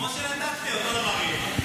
כמו שנתת לי, אותו דבר יהיה.